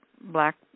Black